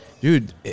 Dude